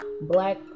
black